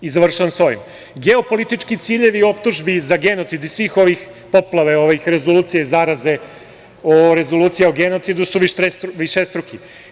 I završavam sa ovim - geopolitički ciljevi optužbi za genocid i svih ovih poplava rezolucija i zaraze o rezoluciji o genocidu su višestruki.